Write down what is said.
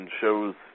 shows